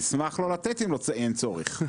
נשמח לא לתת אם אין צורך.